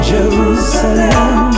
Jerusalem